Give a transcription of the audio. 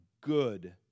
good